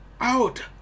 out